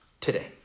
today